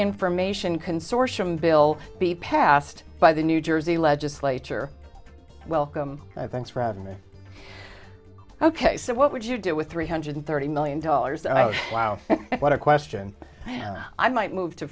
information consortium bill be passed by the new jersey legislature welcome thanks for having me ok so what would you do with three hundred thirty million dollars wow what a question i might move to